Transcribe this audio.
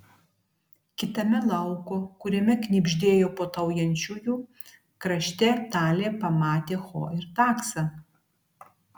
kitame lauko kuriame knibždėjo puotaujančiųjų krašte talė pamatė ho ir taksą